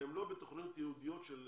שהן לא בתוכניות ייעודיות של